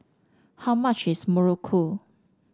how much is Muruku